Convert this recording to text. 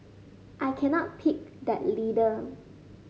I cannot pick that leader